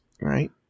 right